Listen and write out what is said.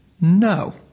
No